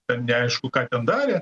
ir neaišku ką ten darė